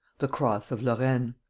the cross of lorraine